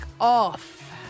off